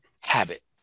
habit